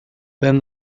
then